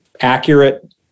accurate